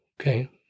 okay